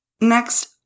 Next